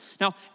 Now